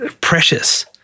precious